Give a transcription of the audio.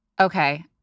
Okay